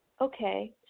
okay